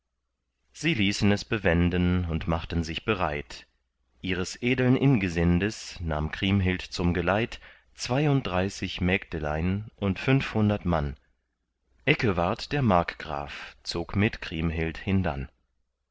sie ließen es bewenden und machten sich bereit ihres edeln ingesindes nahm kriemhild zum geleit zweiunddreißig mägdelein und fünfhundert mann eckewart der markgraf zog mit kriemhild hindann